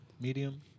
medium